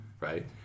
right